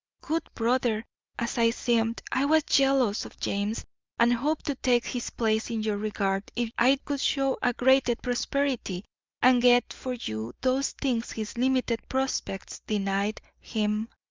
good brother as i seemed, i was jealous of james and hoped to take his place in your regard if i could show a greater prosperity and get for you those things his limited prospects denied him.